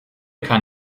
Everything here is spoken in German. kann